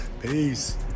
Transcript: Peace